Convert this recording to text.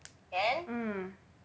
mm